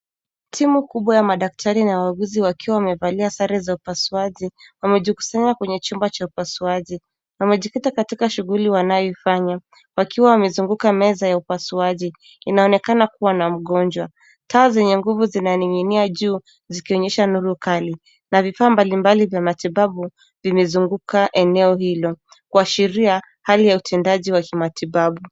Timu kubwa ya madaktari na wauguuzi wakiwa wamevalia sare za upasuaji. Wamejikusanya kwenye chumba cha upasuaji. Wamejikita katika shughuli wanayofanya, wakiwa wamezunguka meza ya upasuaji. Inaonekana kuwa na mgonjwa. Taa zenye nguvu zinaning'inia juu, zikionyesha nuru kali na vifaa mbalimbali vya matibabu vimezunguka eneo hilo, kuashiria hali ya utendaji wa kimatibabu.